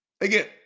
Again